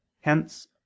Hence